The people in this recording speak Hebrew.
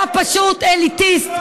אתה פשוט אליטיסט.